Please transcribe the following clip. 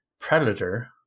Predator